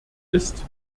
ist